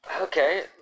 Okay